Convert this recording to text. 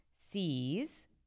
C's